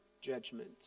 judgment